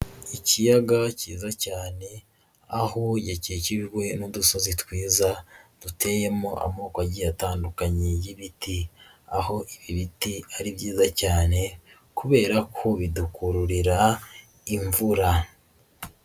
Ikiyaga cyiza cyane aho gikikijwe n'udusozi twiza duteyemo amoko agiye atandukanye y'ibiti, aho ibiti ari byiza cyane kubera ko bidukururira imvura.